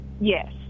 Yes